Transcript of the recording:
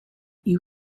you